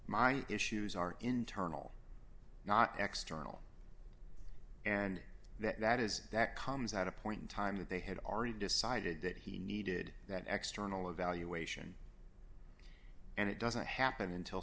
my issues are internal not external and that is that comes at a point in time that they had already decided that he needed that extra onil evaluation and it doesn't happen until